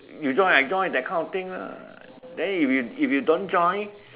you join I join that kind of thing lah then if you if you don't join